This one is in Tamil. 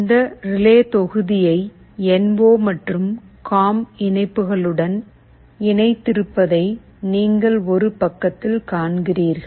இந்த ரிலே தொகுதியை என் ஒ மற்றும் காம் இணைப்புகளுடன் இணைத்திருப்பதை நீங்கள் ஒரு பக்கத்தில் காண்கிறீர்கள்